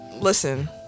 listen